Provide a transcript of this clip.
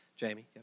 Jamie